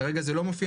כרגע זה לא מופיע.